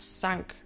sank